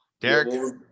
Derek